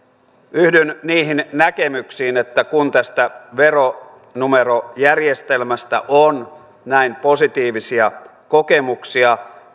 yhdyn niihin näkemyksiin kun tästä veronumerojärjestelmästä on näin positiivisia kokemuksia